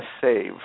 save